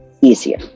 easier